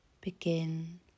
begin